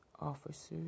officers